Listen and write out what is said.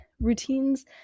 routines